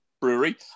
brewery